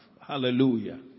Hallelujah